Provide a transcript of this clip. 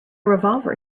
revolver